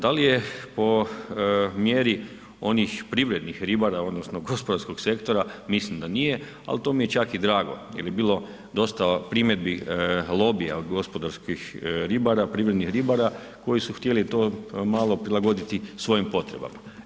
Da li je po mjeri onih privrednih ribara odnosno gospodarskog sektora, mislim da nije, ali to mi je čak i drago jer bi bilo dosta primjedbi lobija od gospodarskih ribara, privrednih ribara koji su htjeli to malo prilagoditi svojim potrebama.